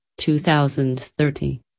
2030